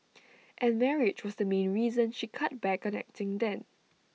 and marriage was the main reason she cut back on acting then